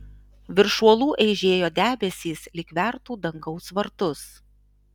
virš uolų eižėjo debesys lyg vertų dangaus vartus